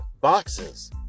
boxes